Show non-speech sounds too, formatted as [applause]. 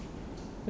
[breath]